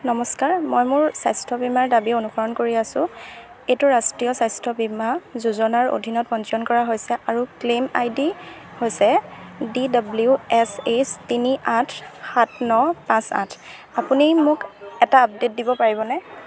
নমস্কাৰ মই মোৰ স্বাস্থ্য বীমাৰ দাবী অনুসৰণ কৰি আছোঁ এইটো ৰাষ্ট্ৰীয় স্বাস্থ্য বীমা যোজনাৰ অধীনত পঞ্জীয়ন কৰা হৈছে আৰু ক্লেইম আইডি হৈছে ডি ডব্লিউ এছ এইচ তিনি আঠ সাত ন পাঁচ আঠ আপুনি মোক এটা আপডেট দিব পাৰিবনে